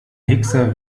hickser